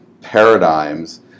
paradigms